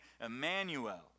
Emmanuel